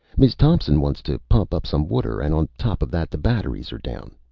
miz thompson wants to pump up some water and on top of that, the batteries are down.